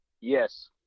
yes